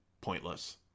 pointless